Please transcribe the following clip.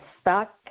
stuck